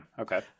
okay